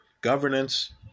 governance